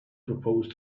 proposed